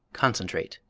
concentrate.